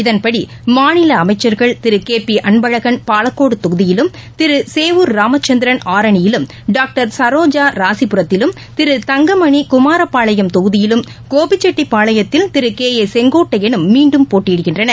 இதன்படி மாநில அமைச்சர்கள் திரு கே பி அன்பழகன் பாலக்கோடு தொகுதியிலும் திரு சேவூர் ராமச்சந்திரன் ஆரனியிலும் டாக்டர் சரோஜா ராசிபுரத்திலும் திரு தங்கமனி குமாரப்பாளையம் தொகுதியிலும் கோபிச்செட்டிப்பாளையத்தில் திரு கே ஏ செங்கோட்டையனும் மீண்டும் போட்டியிடுகின்றனர்